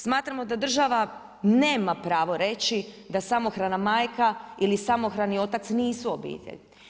Smatramo da država nema pravo reći, da samohrana majka ili samohrani otac nisu obitelj.